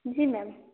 जी ma'am